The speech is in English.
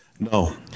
No